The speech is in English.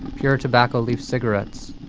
pure tobacco leaf cigarettes,